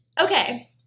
Okay